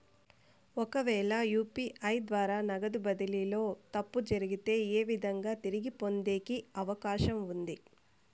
ఒకవేల యు.పి.ఐ ద్వారా నగదు బదిలీలో తప్పు జరిగితే, ఏ విధంగా తిరిగి పొందేకి అవకాశం ఉంది?